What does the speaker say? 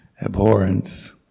abhorrence